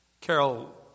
Carol